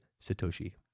Satoshi